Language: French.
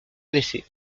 blessé